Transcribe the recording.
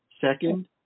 Second